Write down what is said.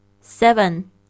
Seven